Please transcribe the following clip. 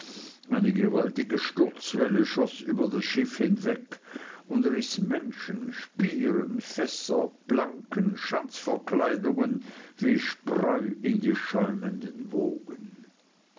eine gewaltige sturzwelle schoß über das schiff hinweg und riß menschen spieren fässer planken schanzverkleidungen wie spreu in die schäumenden wogen